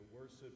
worship